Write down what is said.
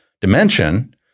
dimension